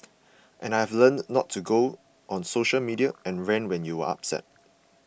and I've learnt not to go on social media and rant when you're upset